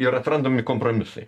ir atrandami kompromisai